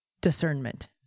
discernment